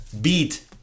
beat